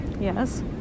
Yes